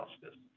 justice